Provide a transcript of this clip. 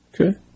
Okay